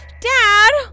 Dad